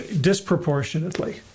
disproportionately